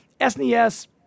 SNES